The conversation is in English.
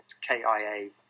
K-I-A